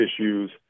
issues